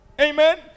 Amen